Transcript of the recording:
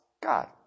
God